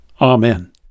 Amen